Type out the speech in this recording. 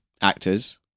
actors